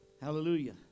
Hallelujah